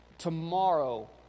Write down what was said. Tomorrow